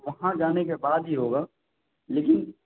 وہاں جانے کے بعد ہی ہوگا لیکن